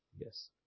Yes